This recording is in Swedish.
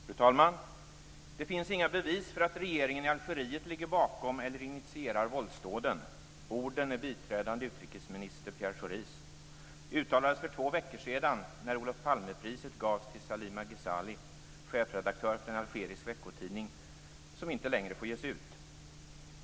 Fru talman! "Det finns inga bevis för att regeringen i Algeriet ligger bakom eller initierar våldsdåden." Orden är biträdande utrikesminister Pierre Schoris. De uttalades för två veckor sedan när Olof Palmepriset gavs till Salima Ghezali, chefredaktör för en algerisk veckotidning som inte längre får ges ut.